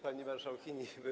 Pani Marszałkini!